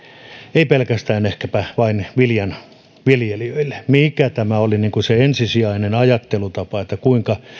ei pelkästään ehkäpä vain viljanviljelijöille mikä oli se ensisijainen ajattelutapa siitä kuinka